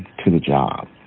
to the job.